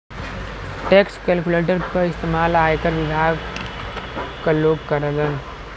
tax calculator क इस्तेमाल आयकर विभाग क लोग करलन